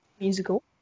musical